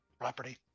property